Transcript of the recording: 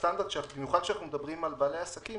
במיוחד כשאנחנו מדברים על בעלי עסקים,